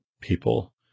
people